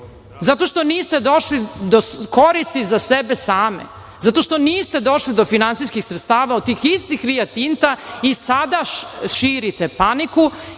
Zato što niste došli do koristi za sebe? Zato što niste došli do finansijskih sredstava od tih istih "Rio Tinta" i sada širite paniku